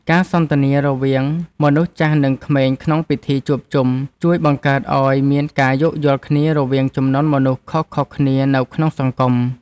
ការសន្ទនារវាងមនុស្សចាស់និងក្មេងក្នុងពិធីជួបជុំ ជួយបង្កើតឱ្យមានការយោគយល់គ្នារវាងជំនាន់មនុស្សខុសៗគ្នានៅក្នុងសង្គម។